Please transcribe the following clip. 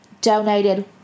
donated